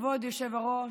כבוד היושב-ראש,